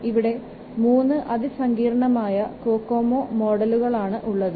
ഇവിടെ മൂന്ന് അതിസങ്കീർണമായ കൊക്കോമോ മോഡലുകളാണ് ഉള്ളത്